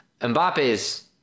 Mbappe's